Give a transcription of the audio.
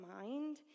mind